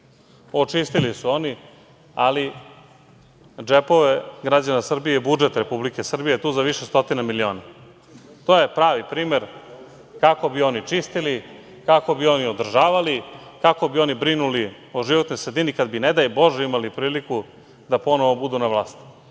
Očistili su oni, ali džepove građana Srbije i budžet Republike Srbije, i to za više stotina miliona. To je pravi primer kako bi oni čistili, kako bi oni održavali, kako bi oni brinuli o životnoj sredini kad bi, ne daj Bože, imali priliku da ponovo budu na vlasti.U